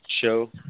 show